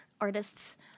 artists